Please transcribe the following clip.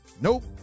Nope